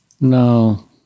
No